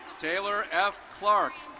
taylor f clark.